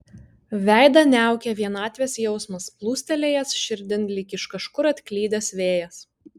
veidą niaukė vienatvės jausmas plūstelėjęs širdin lyg iš kažkur atklydęs vėjas